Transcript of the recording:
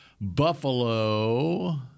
Buffalo